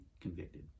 convicted